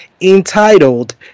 entitled